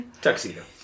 Tuxedo